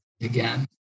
again